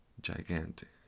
gigantic